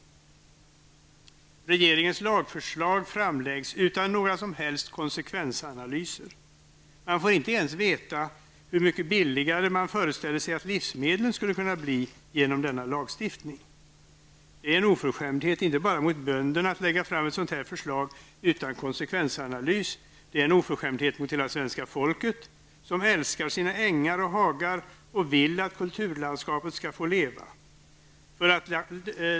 Regeringens lagförslag framläggs utan några som helst konsekvensanalyser. Vi får inte ens veta hur mycket billigare man föreställer sig att livsmedlen skall kunna bli genom lagstiftningen. Det är en oförskämdhet inte bara mot bönderna att lägga fram ett sådant här förslag utan konsekvensanalys, det är en oförskämdhet mot hela svenska folket som älskar sina ängar och hagar och vill att kulturlandskapet skall få leva.